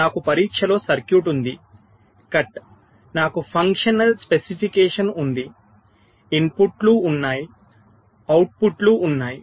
నాకు పరీక్షలో సర్క్యూట్ ఉంది CUT నాకు ఫంక్షనల్ స్పెసిఫికేషన్ ఉంది ఇన్పుట్లు ఉన్నాయి అవుట్పుట్లు ఉన్నాయి